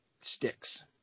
sticks